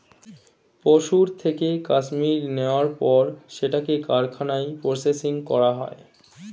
পশুর থেকে কাশ্মীর নেয়ার পর সেটাকে কারখানায় প্রসেসিং করা হয়